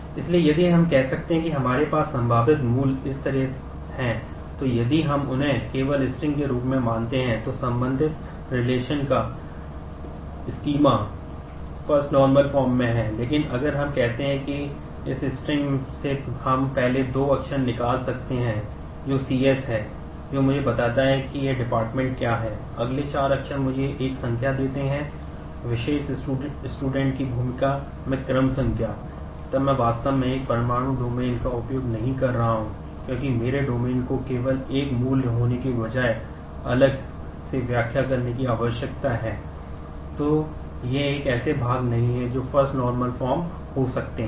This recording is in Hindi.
इसलिए यदि हम कहते हैं कि हमारे पास संभावित मूल्य इस तरह हैं तो यदि हम उन्हें केवल स्ट्रिंग हो सकते हैं